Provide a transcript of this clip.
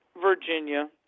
virginia